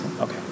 Okay